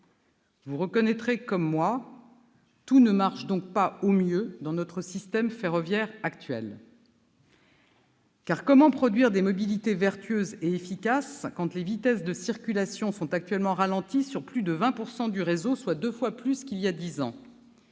Vous le reconnaîtrez comme moi, tout ne marche donc pas au mieux dans notre système ferroviaire actuel. Comment produire des mobilités vertueuses et efficaces quand les vitesses de circulation sont actuellement ralenties sur plus de 20 % du réseau, soit deux fois plus qu'il y a dix ans ?